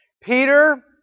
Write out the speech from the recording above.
peter